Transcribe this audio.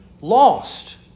lost